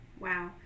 Wow